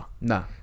No